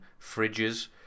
fridges